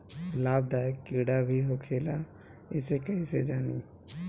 लाभदायक कीड़ा भी होखेला इसे कईसे जानी?